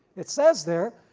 it says there.